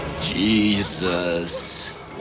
Jesus